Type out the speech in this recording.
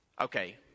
Okay